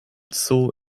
zoo